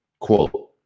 Quote